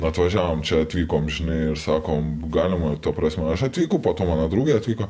atvažiavom čia atvykom žinai ir sakom galima ta prasme aš atvykau po to mano draugė atvyko